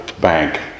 bank